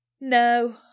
No